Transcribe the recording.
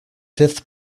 fifth